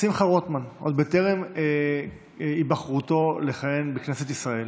שמחה רוטמן, עוד בטרם היבחרותו לכהן בכנסת ישראל,